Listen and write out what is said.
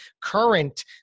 current